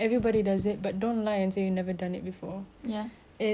it's when you could help someone but you did not just cause you're